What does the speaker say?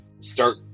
start